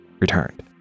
returned